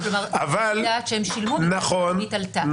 --- נכון.